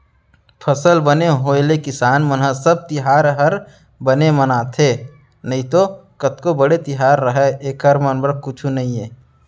फसल बने होय ले किसान मन ह सब तिहार हर बने मनाथे नइतो कतको बड़े तिहार रहय एकर मन बर कुछु नइये